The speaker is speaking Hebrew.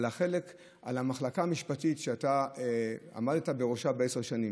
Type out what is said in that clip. את המחלקה המשפטית שאתה עמדת בראשה עשר שנים.